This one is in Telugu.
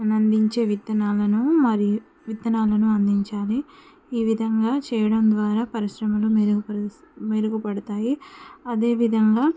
అందించే విత్తనాలను మరియు విత్తనాలను అందించాలి ఈ విధంగా చేయడం ద్వారా పరిశ్రమలు మెరుగుపరుస్ మెరుగుపడతాయి అదేవిధంగా